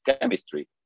chemistry